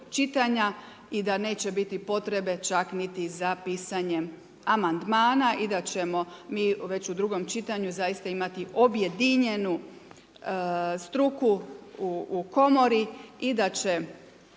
i da neće biti potrebe čak niti za pisanje amandmana i da ćemo mi već u drugom čitanju zaista imati objedinjenu struku u komori i da će